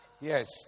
Yes